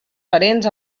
parents